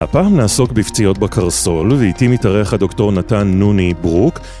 הפעם נעסוק בפציעות בקרסול, ואיתי מתארח הדוקטור נתן נוני ברוק